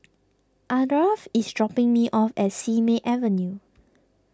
Ardath is dropping me off at Simei Avenue